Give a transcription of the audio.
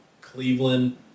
Cleveland